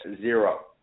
zero